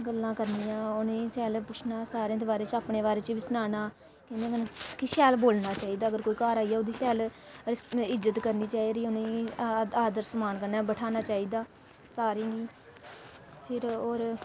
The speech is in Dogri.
गल्लां करनियां उ'नेंगी शैल पुच्छना सारें दे बारे च अपने बारे च बी सनाना कि उं'दे कन्नै कि शैल बोलना चाहिदा अगर कोई घर आई जा ओह्दी शैल रिस इज्जत करनी चाहिदी उ'नेंगी आदर समान कन्नै बठाह्ना चाहिदा सारें गी फिर होर